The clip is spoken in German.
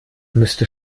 müsste